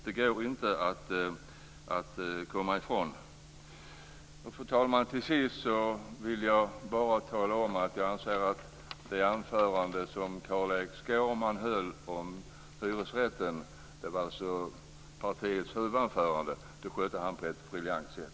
Det går inte att komma ifrån. Fru talman! Till sist vill jag bara tala om att jag anser att när Carl-Erik Skårman höll sitt anförande om hyresrätten - det var alltså partiets huvudanförande - så skötte han det på ett briljant sätt.